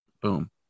Boom